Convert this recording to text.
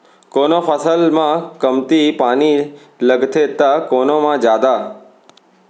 कोनो फसल म कमती पानी लगथे त कोनो म जादा